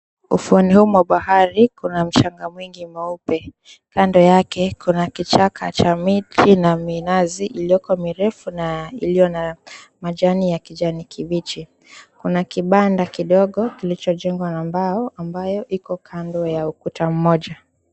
Ufuo huu wa bahari kuna mchanga mwingi mweupe. Kando yake kuna kichaka cha miti na minazi iliyoko mirefu na iliyo na majani ya kijani kibichi. Kuna kibanda kidogo kilichojengwa na mbao ambayo iko kando ya ukuta mmoja.